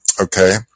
Okay